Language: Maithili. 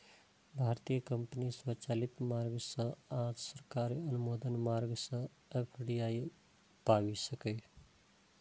भारतीय कंपनी स्वचालित मार्ग सं आ सरकारी अनुमोदन मार्ग सं एफ.डी.आई पाबि सकैए